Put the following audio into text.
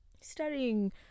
studying